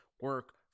Work